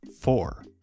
Four